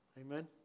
Amen